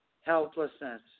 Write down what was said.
Helplessness